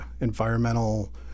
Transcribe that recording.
environmental